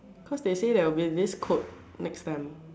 cause they say there will be this code next time